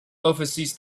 oversees